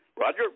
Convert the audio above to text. Roger